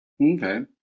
Okay